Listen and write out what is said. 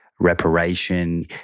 Reparation